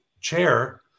chair